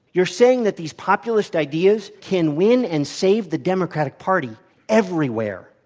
you're saying that these populist ideas can win and save the democratic party everywhere.